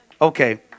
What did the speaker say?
Okay